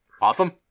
awesome